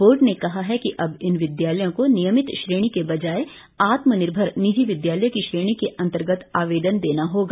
board ने कहा है कि अब इन विद्यालयों को नियमित श्रेणी के बजाय आत्मनिर्भर निजी विद्यालय की श्रेणी के अन्तर्गत आवेदन देना होगा